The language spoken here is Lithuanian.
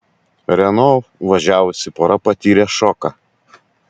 renault važiavusi pora patyrė šoką